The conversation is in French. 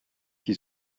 qui